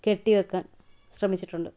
കെട്ടിവെക്കാൻ ശ്രമിച്ചിട്ടുണ്ട്